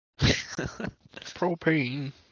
propane